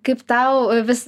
kaip tau vis